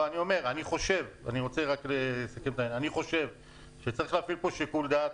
אני חושב שצריך להפעיל שיקול דעת.